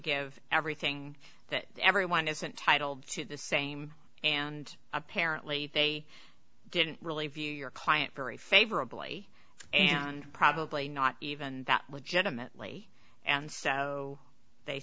give everything that everyone is entitled to the same and apparently they didn't really view your client very favorably and probably not even that would gentlemanly and so they